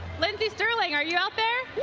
lindsey sterling, are you out there?